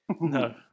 No